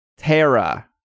Terra